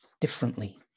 differently